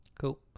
cool